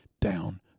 down